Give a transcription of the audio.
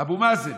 אבו מאזן